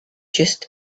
just